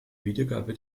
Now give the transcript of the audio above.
wiedergabe